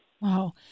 Wow